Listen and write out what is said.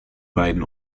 beiden